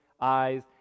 eyes